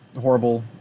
horrible